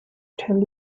tell